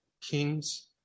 kings